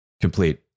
complete